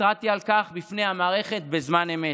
התרעתי על כך בפני המערכת בזמן אמת.